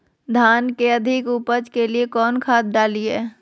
धान के अधिक उपज के लिए कौन खाद डालिय?